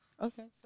Okay